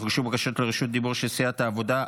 הוגשו בקשות לרשות דיבור של סיעת העבודה.